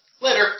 Later